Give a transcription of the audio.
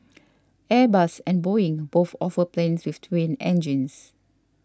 Airbus and Boeing both offer planes with twin engines